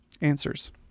answers